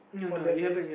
on that day